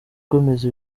kwemeza